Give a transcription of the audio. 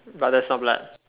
but there's no blood